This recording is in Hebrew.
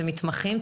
אלה מתמחים,